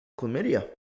chlamydia